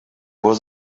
was